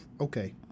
okay